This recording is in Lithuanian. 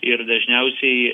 ir dažniausiai